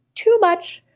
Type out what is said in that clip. too much!